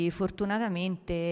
fortunatamente